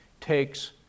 takes